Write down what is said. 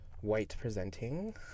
white-presenting